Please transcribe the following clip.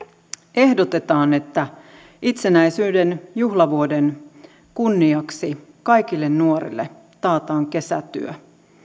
ehdotetaan että itsenäisyyden juhlavuoden kunniaksi kaikille nuorille taataan kesätyö